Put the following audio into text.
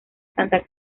santa